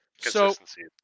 consistency